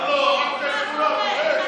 הלו, כולנו בעד.